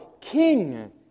King